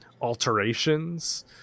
alterations